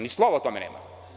Ni slovo o tome nema.